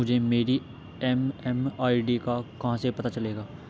मुझे मेरी एम.एम.आई.डी का कहाँ से पता चलेगा?